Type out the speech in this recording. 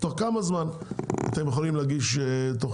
תוך כמה זמן אתם יכולים להגיש תוכניות?